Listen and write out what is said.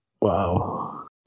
Wow